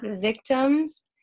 victims